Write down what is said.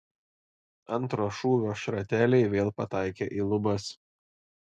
antro šūvio šrateliai vėl pataikė į lubas